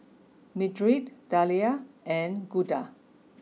Mildred Dalia and Gunda